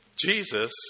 Jesus